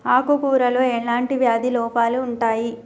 ఆకు కూరలో ఎలాంటి వ్యాధి లోపాలు ఉంటాయి?